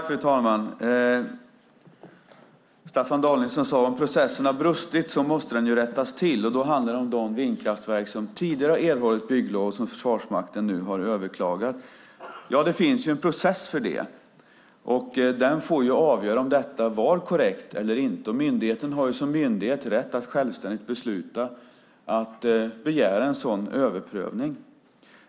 Fru talman! Om processen har brustit måste den rättas till, sade Staffan Danielsson. Då handlar det om de vindkraftverk som tidigare erhållit bygglov vilka Försvarsmakten nu har överklagat. Ja, det finns en process för det. Den får avgöra om detta var korrekt eller inte. Myndigheten har som myndighet rätt att självständigt besluta att begära en sådan överprövning.